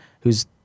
who's-